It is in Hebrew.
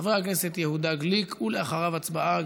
חבר הכנסת יהודה גליק, ואחריו, הצבעה.